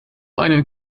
einen